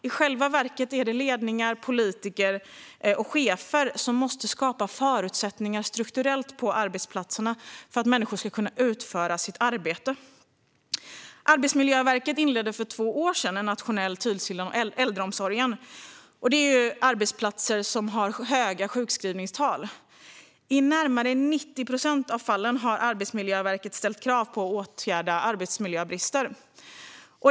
I själva verket är det ledningar, politiker och chefer som måste skapa strukturella förutsättningar på arbetsplatserna för att människor ska kunna utföra sina arbeten. Arbetsmiljöverket inledde för två år sedan en nationell tillsyn av äldreomsorgen. Det är arbetsplatser som har höga sjukskrivningstal. I närmare 90 procent av fallen har Arbetsmiljöverket ställt krav på att man ska åtgärda brister i arbetsmiljön.